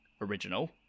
original